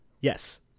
Yes